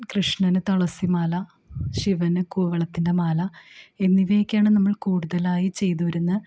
കൃഷ്ണന് തുളസിമാല ശിവന് കൂവളത്തിൻ്റെ മാല എന്നിവയൊക്കെയാണ് നമ്മൾ കൂടുതലായി ചെയ്തുവരുന്ന